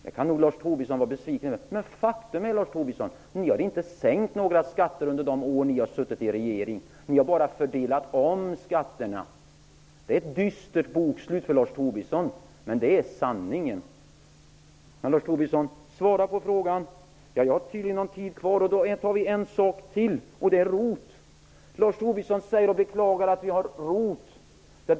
Det kan Lars Tobisson vara besviken över, men faktum är att ni inte sänkt några skatter under de år ni har suttit i regering. Ni har bara fördelat om skatterna. Det är ett dystert bokslut, men det är sanningen. Svara på frågan. Lars Tobisson beklagar att vi vill ha ROT.